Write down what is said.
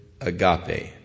agape